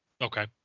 Okay